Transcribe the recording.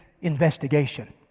investigation